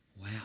Wow